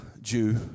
Jew